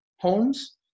homes